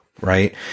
right